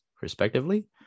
respectively